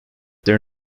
their